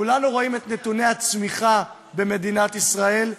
כולנו רואים את נתוני הצמיחה במדינת ישראל,